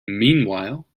meanwhile